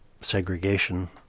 segregation